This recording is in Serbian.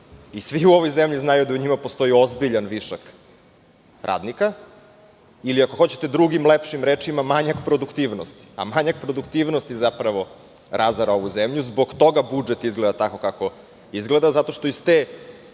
Svi u ovoj zemlji znaju da u njima postoji ozbiljan višak radnika, ili ako hoćete drugim i lepšim rečima – manjak produktivnosti. Manjak produktivnosti zapravo razara ovu zemlju i zbog toga budžet izgleda tako kako izgleda, zato što iz te